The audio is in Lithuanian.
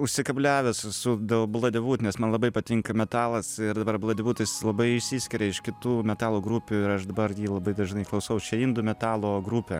užsikabliavęs esu dėl bladevūt nes man labai patinka metalas ir dabar bladevūt jis labai išsiskiria iš kitų metalo grupių ir aš dabar labai dažnai klausaus čia indų metalo grupė